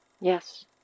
Yes